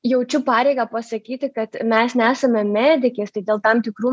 jaučiu pareigą pasakyti kad mes nesame medikės tai dėl tam tikrų